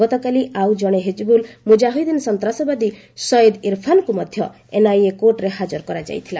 ଗତକାଲି ଆଉ ଜଣେ ହିଜ୍ବୁଲ ମୁଜାହିଦ୍ଦିନ ସନ୍ତାସବାଦୀ ସୟିଦ ଇରଫାନକୁ ମଧ୍ୟ ଏନ୍ଆଇଏ କୋର୍ଟରେ ହାଜର କରାଯାଇଥିଲା